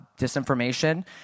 disinformation